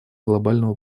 глобального